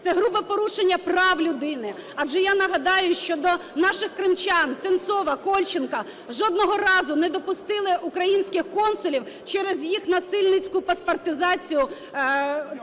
Це грубе порушення прав людини. Адже я нагадаю щодо наших кримчан Сенцова, Кольченка жодного разу не допустили українських консулів через їх насильницьку паспортизацію